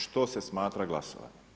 Što se smatra glasovanjem?